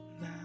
now